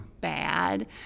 bad